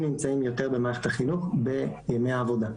נמצאים יותר במערכת החינוך בימי עבודה.